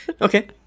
Okay